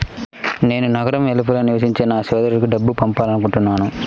నేను నగరం వెలుపల నివసించే నా సోదరుడికి డబ్బు పంపాలనుకుంటున్నాను